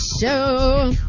show